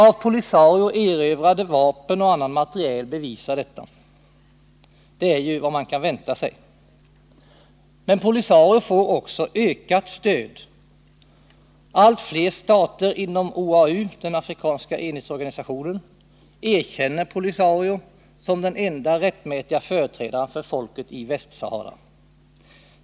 Av POLISARIO erövrade vapen och annan materiel bevisar detta. Det är ju vad man kan vänta sig. Men POLISARIO får också ökat stöd. Allt fler stater inom OAU, den afrikanska enhetsorganisationen, erkänner POLISARIO som den enda rättmätiga företrädaren för folket i Västsahara.